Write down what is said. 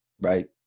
Right